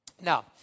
Now